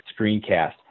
screencast